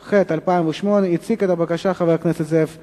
התשס"ח 2008. יציג את הבקשה חבר הכנסת זאב אלקין,